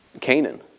Canaan